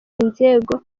inzego